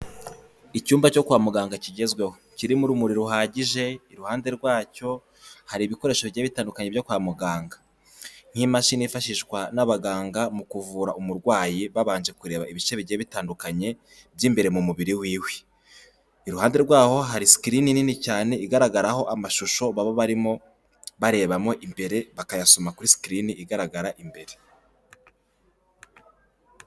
Icyumba cyo kwa muganga kigezweho, kirimo urumuri ruhagije, iruhande rwacyo hari ibikoresho bigiye bitandukanye byo kwa muganga, nk'imashini yifashishwa n'abaganga mu kuvura umurwayi babanje kureba ibice bigiye bitandukanye by'imbere mu mubiri wiwe, iruhande rwaho hari screeen nini cyane, igaragaraho amashusho baba barimo barebamo imbere bakayasoma kuri screen igaragara imbere.